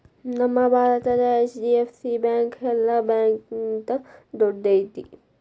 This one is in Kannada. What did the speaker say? ನಮ್ಮ ಭಾರತದ ಹೆಚ್.ಡಿ.ಎಫ್.ಸಿ ಬ್ಯಾಂಕ್ ಯೆಲ್ಲಾ ಬ್ಯಾಂಕ್ಗಿಂತಾ ದೊಡ್ದೈತಿ